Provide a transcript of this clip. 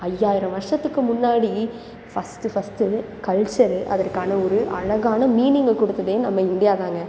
ஐயாயிரம் வருஷத்துக்கு முன்னாடி ஃபர்ஸ்ட்டு ஃபர்ஸ்ட்டு கல்ச்சரு அதற்கான ஒரு அழகான மீனிங்கை கொடுத்ததே நம்ம இந்தியா தான்ங்க